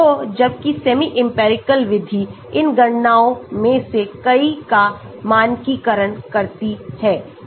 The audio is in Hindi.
तो जबकि सेमी इंपिरिकल विधि इन गणनाओं में से कई का मानकीकरण करती है